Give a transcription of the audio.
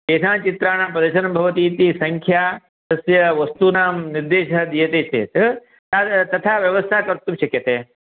केषां चित्राणां प्रदर्शनं भवति इति संख्या तस्य वस्तूनां निर्देशः दीयते चेत् ता तथा व्यवस्था कर्तुं शक्यते